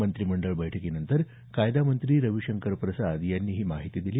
मंत्रिमंडळ बैठकीनंतर कायदा मंत्री रविशंकर प्रसाद यांनी ही माहिती दिली